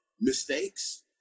mistakes